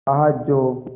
সাহায্য